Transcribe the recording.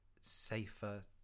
safer